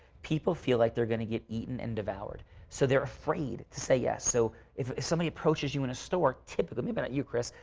people feel like they're going to get eaten and devoured. so, they're afraid to say yes. so, if somebody approaches you in a store, typically maybe not you kris.